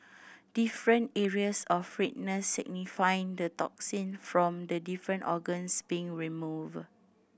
different areas of redness signify the toxin from the different organs being removed